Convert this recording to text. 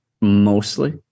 Mostly